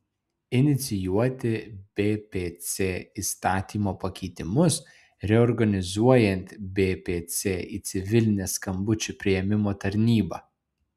inicijuoti bpc įstatymo pakeitimus reorganizuojant bpc į civilinę skambučių priėmimo tarnybą